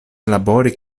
labori